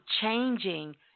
changing